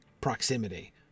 proximity